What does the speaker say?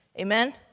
Amen